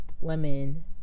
women